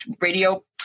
radio